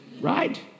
Right